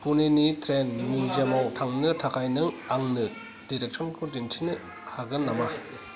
पुनेनि train मिउजियामाव थांनो थाखाय नों आंनो डिरेकसनखौ दिनथिनो हागोन नामा